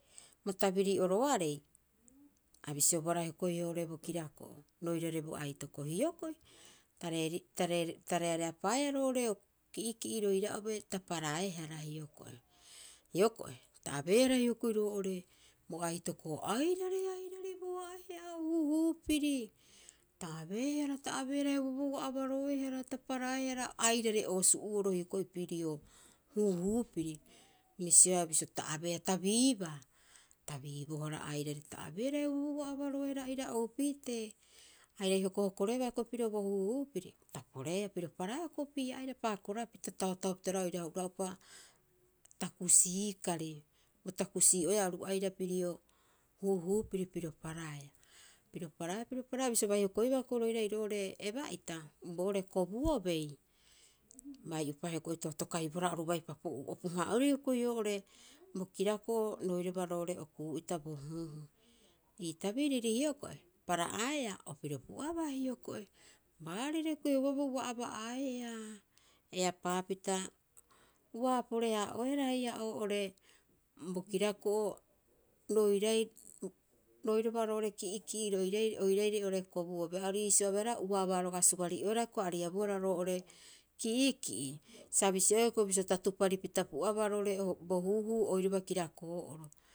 Bo tabiri'oroarei a bisiobohara hioko'i oo'ore bo kirako'o roirare bo aitoko, hioko'i ta reerii, ta reareapaaea ro'ore ki'iki'i roira'obe ta paraehara hioko'i. Hioko'i ta abeehara hioko'i roo'ore bo aitoko, airari, airari bo aue'a huu huupiri. Ta abeehara, taabeehara heuabo ua abaroehara. Ta paraehara airare oosu'uro hioko'i pirio huhupiri. A bisioea bisio ta abeea ta biibaa, ta biibohara airare ta abeehara euaboo ua abaroehara aira oupitee. Airai hokohokoreha hioko'i pirio bo huu huu piri ta poreea piro paraea hioko'i opii'aira tahotahopita oira hura'upa takusii kari. Bo takusii'oeaa oru aira pirio huuhuupiri piro paraea. Piro paraea piro paraea, bisio bai hokoibaa hioko'i roirai eba'ita boori kobuobei bai'opa hioko'i too to kai bohara oru bai papo'uu, opu'haa'oerii hioko'i oo'ore bo kirako'o roiraba roo'ore okuu'ita bohuuhuu. Itabiriri hioko'i para'aeaa o piro pu'aba hioko'i haarire heuaabo uare aba'aeaa. Epaapita uaha pore- haa'oehara haia o'ore bo kirako'o roiraba roo'ore ki'i'kii oiraire oo'ore kobuobe. A ori iisio abeehara uaba roga'a suari'oehara ariabuara roo'ore ki- iki'i. Sa bisioe hioko'i bisio ta tuparipita pu'aba ro'ore bo huuhuu oiraba kirakoo'oro.